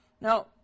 Now